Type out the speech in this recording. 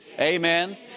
Amen